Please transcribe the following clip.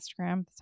Instagram